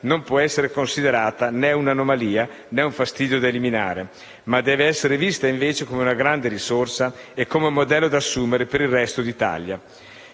non può essere considerato né un'anomalia, né un fastidio da eliminare, ma deve essere visto invece come una grande risorsa e come un modello da assumere per il resto d'Italia.